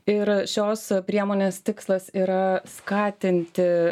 ir šios priemonės tikslas yra skatinti